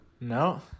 no